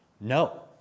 No